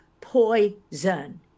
poison